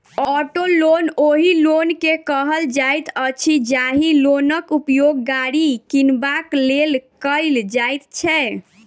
auto loan ओहि loan के कहल जाइत अछि, जाहि लोनक उपयोग गाड़ी किनबाक लेल कयल जाइत छै